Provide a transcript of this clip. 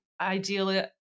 ideally